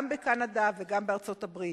גם בקנדה וגם בארצות-הברית,